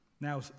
Now